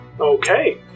Okay